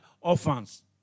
orphans